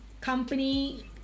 company